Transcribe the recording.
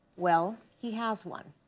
well, he has one.